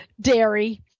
Dairy